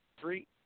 three